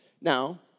Now